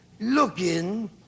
looking